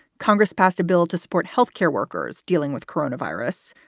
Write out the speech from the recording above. congress passed a bill to support health care workers dealing with coronavirus.